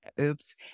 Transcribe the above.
oops